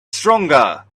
stronger